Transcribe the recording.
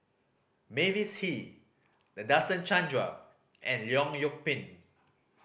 Mavis Hee Nadasen Chandra and Leong Yoon Pin